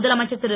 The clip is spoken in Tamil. முதலமைச்சர் திரு